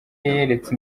yeretse